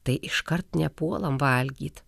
tai iškart nepuolam valgyt